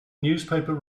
newspaper